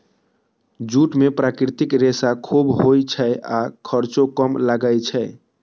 jute मे प्राकृतिक रेशा खूब होइ छै आ खर्चो कम लागै छै